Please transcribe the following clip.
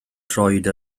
droed